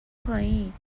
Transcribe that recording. پایین